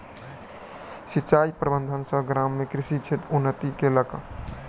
सिचाई प्रबंधन सॅ गाम में कृषि क्षेत्र उन्नति केलक